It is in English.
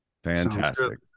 Fantastic